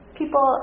people